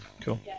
Cool